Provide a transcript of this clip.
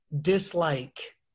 dislike